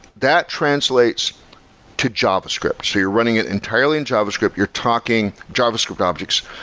that translates to javascript. so you're running it entirely in javascript. you're talking javascript objects,